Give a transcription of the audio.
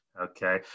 Okay